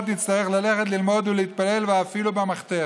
נצטרך ללכת ללמוד ולהתפלל ואפילו במחתרת.